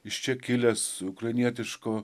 iš čia kilęs ukrainietiško